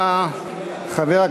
(תיקון, פיקוח על מרווחי שיווק).